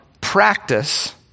practice